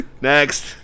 Next